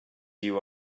you